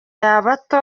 bato